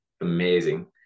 amazing